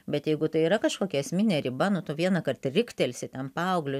bet jeigu tai yra kažkokia esminė riba nu tu vienąkart riktelsi tam paaugliui